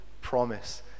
promise